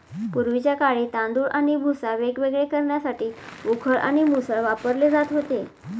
पूर्वीच्या काळी तांदूळ आणि भुसा वेगवेगळे करण्यासाठी उखळ आणि मुसळ वापरले जात होते